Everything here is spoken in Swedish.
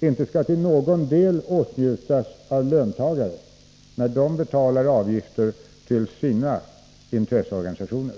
inte skall till någon del åtnjutas av löntagare, när de betalar avgifter till sina intresseorganisationer.